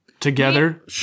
Together